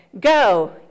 Go